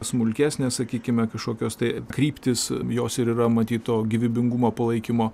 smulkesnės sakykime kažkokios tai kryptis jos ir yra matyt to gyvybingumo palaikymo